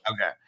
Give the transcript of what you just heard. Okay